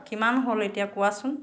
কিমান হ'ল এতিয়া কোৱাচোন